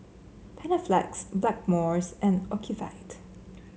Panaflex Blackmores and Ocuvite